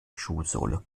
schuhsohle